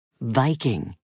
Viking